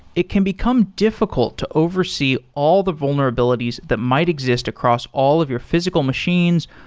it can become difficult to oversee all the vulnerabilities that might exist across all of your physical machines,